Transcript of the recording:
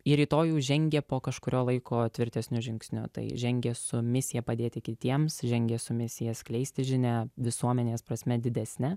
į rytojų žengia po kažkurio laiko tvirtesniu žingsniu tai žengia su misija padėti kitiems žengia su misija skleisti žinią visuomenės prasme didesne